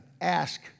ask